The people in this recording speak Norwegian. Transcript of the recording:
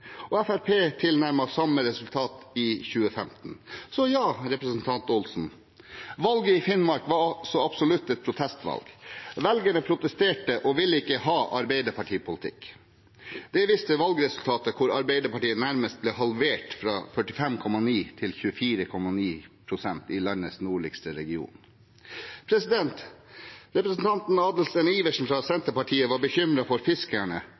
og Fremskrittspartiet tilnærmet samme resultat i 2015. Så ja, valget i Finnmark var så absolutt et protestvalg – velgerne protesterte og ville ikke ha Arbeiderpartiets politikk. Det viste valgresultatet, der Arbeiderpartiet nærmest ble halvert – fra 45,9 pst. til 24,9 pst. i landets nordligste region. Representanten Adelsten Iversen fra Senterpartiet var bekymret for fiskerne